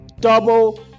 Double